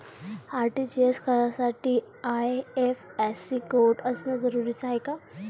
RTGS करासाठी IFSC code असनं जरुरीच हाय का?